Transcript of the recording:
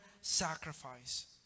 sacrifice